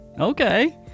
Okay